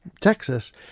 Texas